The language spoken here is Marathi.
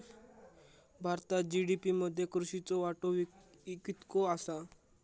भारतात जी.डी.पी मध्ये कृषीचो वाटो कितको आसा?